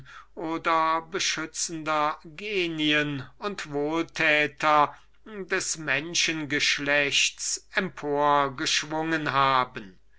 oder beschützender genien und wohltäter des menschen geschlechts emporgeschwungen haben welche